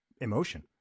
emotion